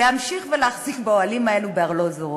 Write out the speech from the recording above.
להמשיך ולהחזיק באוהלים האלו בארלוזורוב.